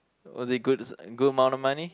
was it good good amount of money